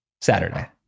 Saturday